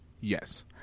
Yes